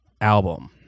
album